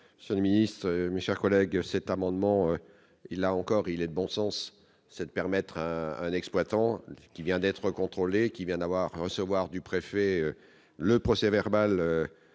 Président, ce ministre mis chers collègues, cet amendement et là encore, il est de bon sens, cette permettre un exploitant qui vient d'être contrôlé, qui vient d'avoir recevoir du préfet, le procès verbal